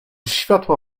światło